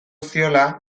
ziola